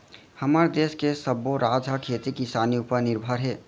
हमर देस के सब्बो राज ह खेती किसानी उपर निरभर हे